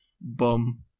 boom